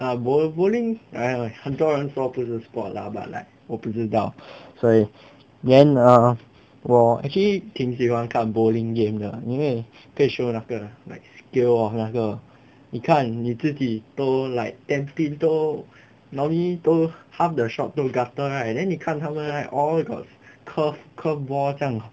ah bowl~ bowling !aiya! 很多人说不是 sport lah but like 我不知道所以 then err 我 actually 挺喜欢看 bowling game 的因为可以 show 那个 like skills of 那个你看你自己都 like tentative 都 normally 都 half the shop 都 gutter right then 你看他们 right all got curve curve ball 酱